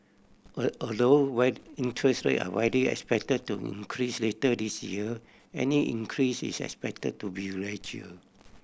all although whether interest rate are widely expected to increase later this year any increase is expected to be gradual